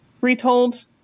retold